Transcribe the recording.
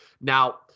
Now